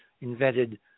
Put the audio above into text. invented